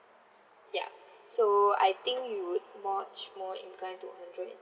ya so I think you would much more inclined to hundred and